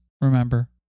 remember